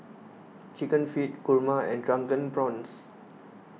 Chicken Feet Kurma and Drunken Prawns